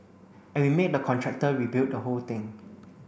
and we made the contractor rebuild the whole thing